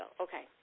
Okay